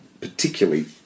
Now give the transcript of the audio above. particularly